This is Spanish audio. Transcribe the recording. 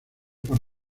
por